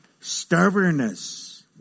stubbornness